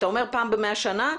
אתה אמר פעם ב-100 שנים,